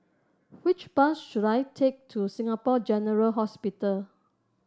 which bus should I take to Singapore General Hospital